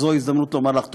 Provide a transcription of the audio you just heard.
זו הזדמנות לומר לך תודה.